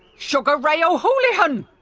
sugar ray o'hoolihan!